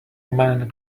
men